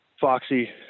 Foxy